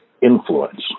influence